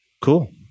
Cool